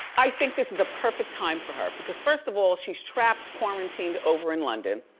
i think this is a perfect time for her because first of all, she's trapped, quarantined over in london.